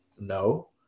No